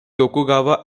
tokugawa